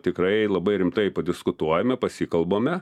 tikrai labai rimtai padiskutuojame pasikalbame